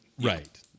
Right